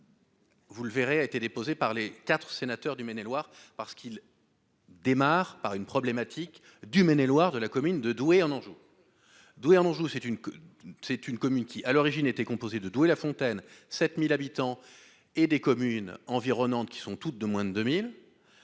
Vous le verrez, a été déposée par les quatres sénateur du Maine-et-Loire, parce qu'il. Démarre par une problématique du Maine-et-Loire, de la commune de Douai en Anjou doué en Anjou : c'est une, c'est une commune qui, à l'origine était composé de Doué-la-Fontaine 7000 habitants et des communes environnantes, qui sont toutes de moins de deux